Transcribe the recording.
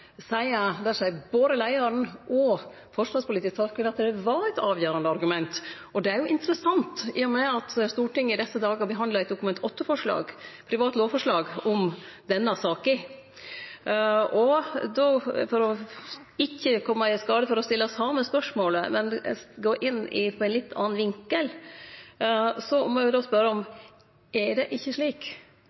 seier at det var eit avgjerande argument. Det er jo interessant, i og med at Stortinget i desse dagar behandlar eit lovforslag om denne saka. For ikkje å kome i skade for å stille same spørsmålet, men ved å gå inn frå ein litt annan vinkel må eg spørje: Er det ikkje slik at fly også må flyttast frå Evenes i ein gitt trusselsituasjon som statsråden seier ein eventuelt må frå Andøya? Er det ikkje slik